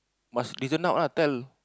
must reason out ah tell